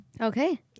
Okay